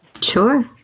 Sure